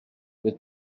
with